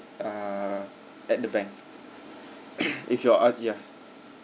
err at the bank if you are out ya